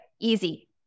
easy